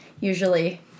usually